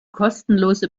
kostenlose